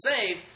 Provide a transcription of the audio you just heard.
save